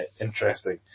interesting